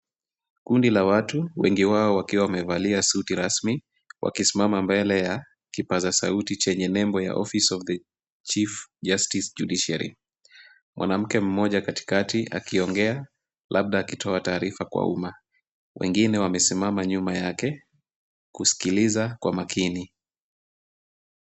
Kundi la watu, wengi wao wakiwa wamevalia suti rasmi, wakisimama mbele ya kipaza sauti chenye nembo ya Office of the Chief Justice Judiciary . Mwanamke mmoja katikati akiongea, labda akitoa taarifa kwa umma. Wengine wamesimama nyuma yake kusikiliza kwa makini.